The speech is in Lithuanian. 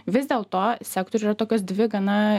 vis dėl to sektoriuj yra tokios dvi gana